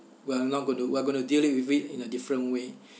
we're now going to we're going to deal it with it in a different way